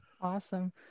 Awesome